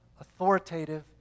authoritative